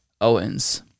Owens